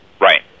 Right